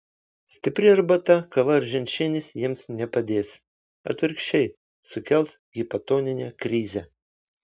stipri arbata kava ar ženšenis jiems nepadės atvirkščiai sukels hipotoninę krizę